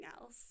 else